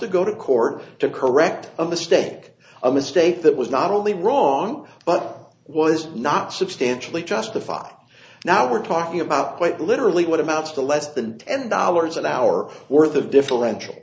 to go to court to correct a mistake a mistake that was not only wrong but was not substantially justified now we're talking about quite literally what amounts to less than ten dollars an hour worth of differential